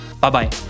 Bye-bye